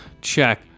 Check